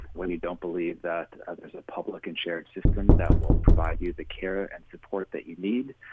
when you don't believe that ah there's a public and shared system that will provide you the care and support that you need,